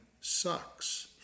sucks